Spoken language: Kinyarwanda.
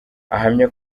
ahamya